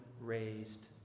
raised